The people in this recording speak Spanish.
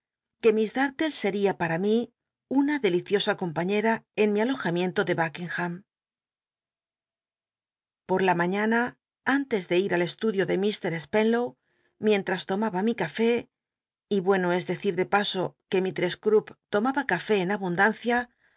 ue miss darllc nía pa ta mí una deliciosa compaííera en mi al ojamiento de buckingham p o la mañana antes de il al estudio de mr spenlow mientras lomaba mi café y bueno es decir de paso que ruislress crupp lomaba café en abundancia